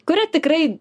kuria tikrai